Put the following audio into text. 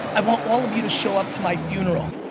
i want all of you to show up to my funeral.